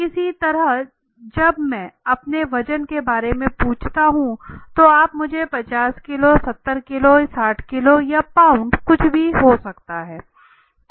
इसी तरह जब मैं आपसे वजन के बारे में पूछता हूँ तो आप मुझे 50 kgs 70 kgs 60 kg या पाउंड कुछ भी हो सकता है